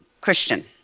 Christian